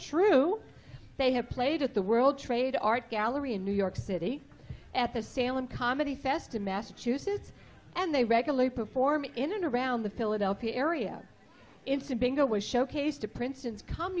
true they have played at the world trade art gallery in new york city at the salem comedy fest in massachusetts and they regularly perform in and around the philadelphia area into bingo was showcased to princeton's come